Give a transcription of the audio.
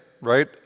right